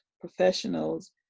professionals